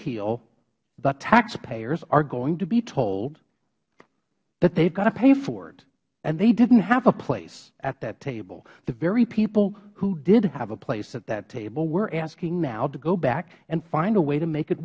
keel the taxpayers are going to be told that they have to pay for it and they didnt have a place at that table the very people who did have a place at that table we are asking now to go back and find a way to make it